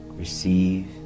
Receive